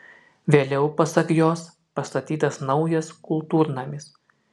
vėliau pasak jos pastatytas naujas kultūrnamis